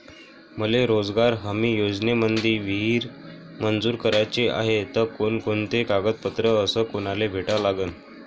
मले रोजगार हमी योजनेमंदी विहीर मंजूर कराची हाये त कोनकोनते कागदपत्र अस कोनाले भेटा लागन?